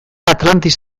atlantis